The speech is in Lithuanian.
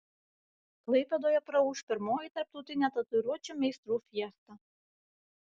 klaipėdoje praūš pirmoji tarptautinė tatuiruočių meistrų fiesta